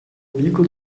bico